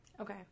Okay